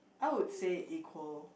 I would say equal